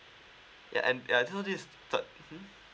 ya and uh so this is third hmm